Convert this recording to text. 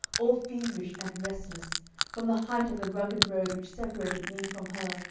all feverish and restless from the height of the rugged road which separated me from her,